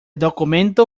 documento